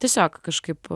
tiesiog kažkaip